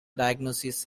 diagnosis